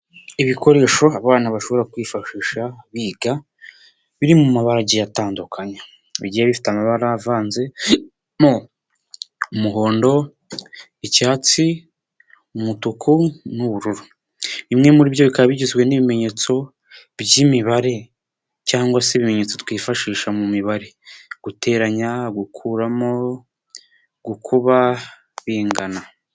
Ibikoresho abana bashobora kwifashisha biga biri mu mabara agiye atandukanye, bigiye bifite amabara avanzemo: umuhondo, icyatsi, umutuku n'ubururu, bimwe muri byo bikaba bigizwe n'ibimenyetso by'imibare cyangwa se ibimenyetso twifashisha mu mibare: guteranya, gukuramo, gukuba, bingana.